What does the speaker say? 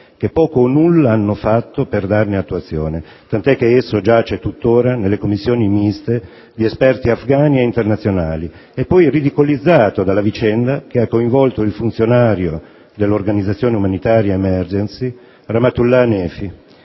che poco o nulla hanno fatto per darne attuazione, tant'è che esso giace tuttora nelle commissioni miste di esperti afghani e internazionali - e poi ridicolizzato dalla vicenda che ha coinvolto il funzionario dell'organizzazione umanitaria Emergency, Rahmatullah Hanefi,